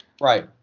Right